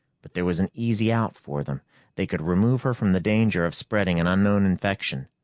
but there was an easy out for them they could remove her from the danger of spreading an unknown infection.